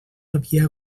havia